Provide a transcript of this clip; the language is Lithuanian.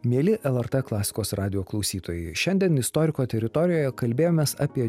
mieli lrt klasikos radijo klausytojai šiandien istoriko teritorijoje kalbėjomės apie